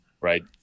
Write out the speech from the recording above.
Right